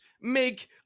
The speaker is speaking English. make